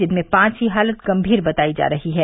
जिनमें पांच की हालत गंभीर बताई जा रही है